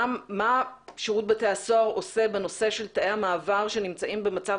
מה שירות בתי הסוהר עושה בנושא של תאי המעבר שנמצאים במצב